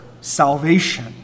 salvation